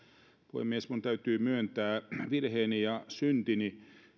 puhemies minun täytyy myöntää virheeni ja syntini